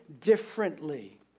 differently